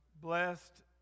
blessed